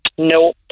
No